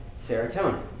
serotonin